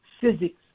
physics